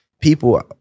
people